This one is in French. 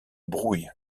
brouille